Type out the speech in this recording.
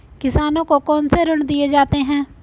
किसानों को कौन से ऋण दिए जाते हैं?